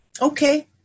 Okay